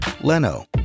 Leno